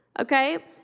okay